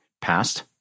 passed